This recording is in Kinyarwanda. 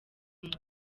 moto